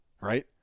right